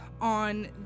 on